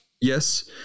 Yes